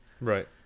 Right